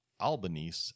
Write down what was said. Albanese